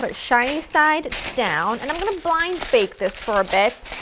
but shiny side down, and i'm going to blind bake this for a bit,